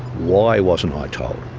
why wasn't i told?